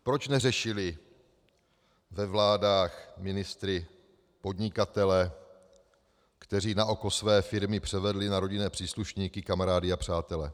Proč neřešili ve vládách ministry podnikatele, kteří na oko své firmy převedli na rodinné příslušníky, kamarády a přátele.